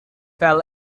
fell